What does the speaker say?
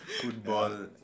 football